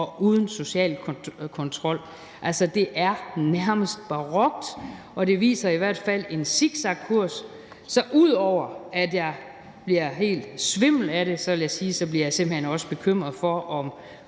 og uden social kontrol. Altså, det er nærmest barokt, og det viser i hvert fald en zigzagkurs. Så ud over at jeg bliver helt svimmel af det, vil jeg sige, at jeg simpelt hen også bliver bekymret for, om